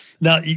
Now